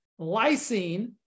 lysine